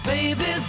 Baby